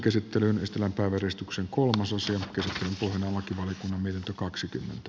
käsittelyn pohjana on lakivaliokunnan mietintö